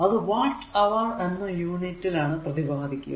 അത് watt hour എന്ന unit ൽ ആണ് പ്രതിപാദിക്കുക